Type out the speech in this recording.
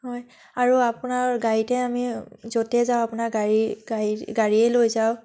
হয় আৰু আপোনাৰ গাড়ীতে আমি য'তে যাওঁ আপোনাৰ গাড়ী গাড়ী গাড়ীয়েই লৈ যাওঁ